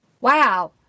Wow